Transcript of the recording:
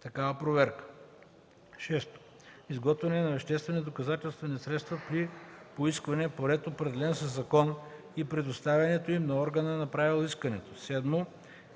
такава проверка; 6. изготвяне на веществени доказателствени средства при поискване по ред, определен със закон, и предоставянето им на органа, направил искането; 7.